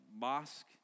mosque